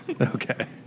Okay